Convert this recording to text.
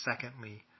secondly